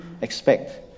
expect